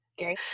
Okay